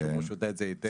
היושב ראש יודע את זה היטב.